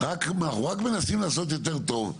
אנחנו רק מנסים לעשות יותר טוב.